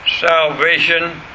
salvation